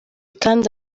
kandi